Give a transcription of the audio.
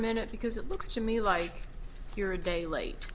a minute because it looks to me like you're a day late